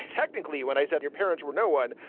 technically, when i said your parents were no one,